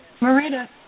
Marita